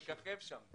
אתה מככב שם.